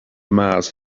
mass